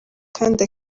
kandi